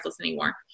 anymore